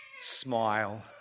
smile